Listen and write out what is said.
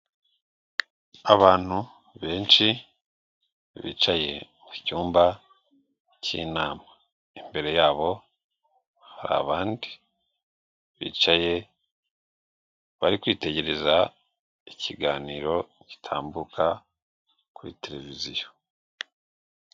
Abantu benshi bicaye mucyumba cy'inama imbere yabo hari abandi bicaye bari kwitegereza ikiganiro gitambuka kuri tereviziyo.